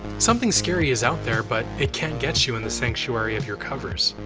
something scary is out there, but it can't get you in the sanctuary of your covers.